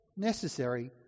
Necessary